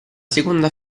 seconda